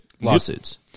Lawsuits